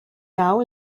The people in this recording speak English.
now